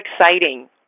exciting